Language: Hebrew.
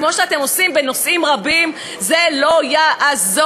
כמו שאתם עושים בנושאים רבים, זה לא יעזור.